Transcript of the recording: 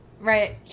right